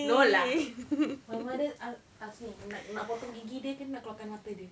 no lah my mother a~ ask me nak potong gigi dia ke nak keluarkan mata dia